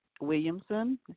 williamson